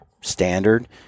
standard